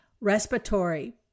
Respiratory